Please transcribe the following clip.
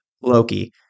Loki